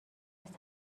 است